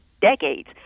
decades